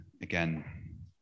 again